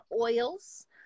oils